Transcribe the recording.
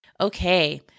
Okay